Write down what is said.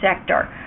sector